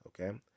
okay